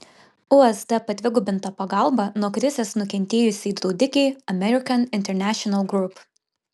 usd padvigubinta pagalba nuo krizės nukentėjusiai draudikei american international group